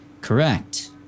Correct